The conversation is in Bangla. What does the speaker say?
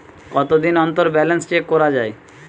কতদিন অন্তর ব্যালান্স চেক করা য়ায়?